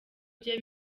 bye